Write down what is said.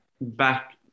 back